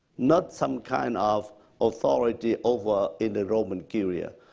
not some kind of authority over in the roman curia.